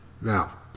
Now